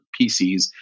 PCs